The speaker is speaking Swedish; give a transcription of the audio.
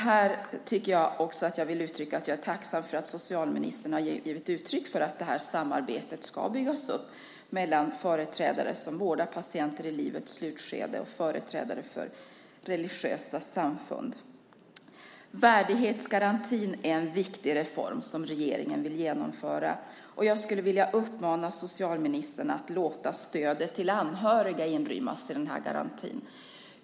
Här tycker jag också att jag vill säga att jag är tacksam för att socialministern givit uttryck för att det här samarbetet ska byggas upp, samarbetet mellan människor som vårdar patienter i livets slutskede och företrädare för religiösa samfund. Värdighetsgarantin är en viktig reform som regeringen vill genomföra, och jag skulle vilja uppmana socialministern att låta stödet till anhöriga inrymmas i den här garantin.